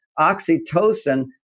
Oxytocin